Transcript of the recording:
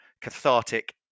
cathartic